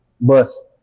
bus